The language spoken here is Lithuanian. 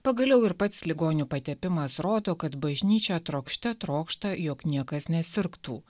pagaliau ir pats ligonių patepimas rodo kad bažnyčia trokšte trokšta jog niekas nesirgtų